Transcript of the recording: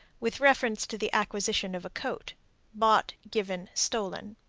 with reference to the acquisition of a coat bought, given, stolen.